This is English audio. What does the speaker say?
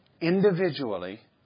Individually